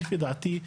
לפי דעתי,